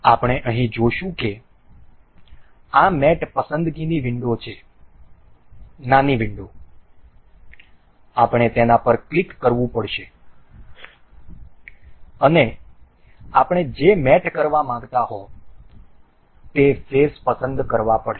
આપણે અહીં જોશું કે આ મેટ પસંદગીની વિંડો છે નાની વિંડો આપણે તેના પર ક્લિક કરવું પડશે અને આપણે જે મેટ કરવા માંગતા હો તે ફેસ પસંદ કરવા પડશે